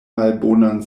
malbonan